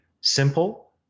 simple